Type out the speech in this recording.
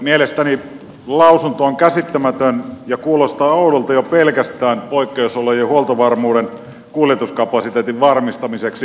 mielestäni lausunto on käsittämätön ja kuulostaa oudolta jo pelkästään poikkeusolojen huoltovarmuuden kuljetuskapasiteetin varmistamiseksi